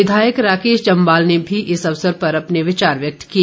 विधायक राकेश जम्वाल ने भी इस अवसर पर अपने विचार व्यक्त किए